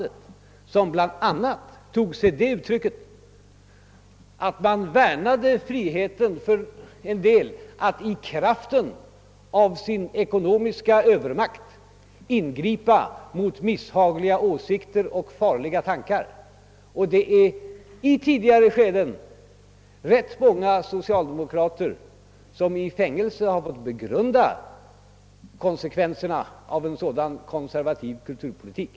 Den tog sig bl.a. det uttrycket att man värnade om friheten för en del att i kraft av sin ekonomiska övermakt ingripa mot misshagliga åsikter och farliga tankar. Rätt många socialdemokrater har under tidigare skeden i fängelse fått begrunda konsekvenserna av en sådan konservativ kulturpolitik.